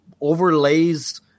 overlays